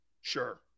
Sure